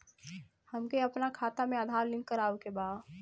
हमके अपना खाता में आधार लिंक करावे के बा?